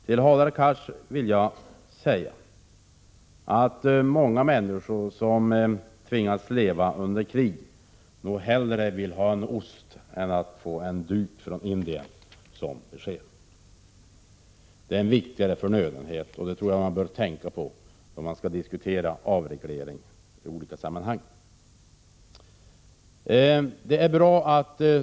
Till Hadar Cars vill jag säga att många människor som tvingas leva under krig hellre vill ha ost än en duk från Indien. Det är en viktigare förnödenhet, och jag tror man bör tänka på det när man diskuterar avreglering i olika sammanhang.